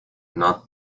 not